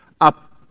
up